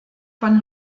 von